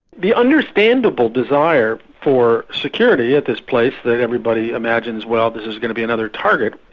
the understandable desire for security at this place that everybody imagines well, this is going to be another target',